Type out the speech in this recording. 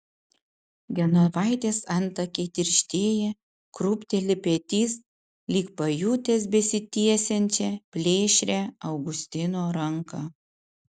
genovaitės antakiai tirštėja krūpteli petys lyg pajutęs besitiesiančią plėšrią augustino ranką